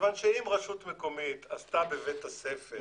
מכיוון שאם רשות מקומית עשתה בבית הספר